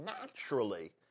naturally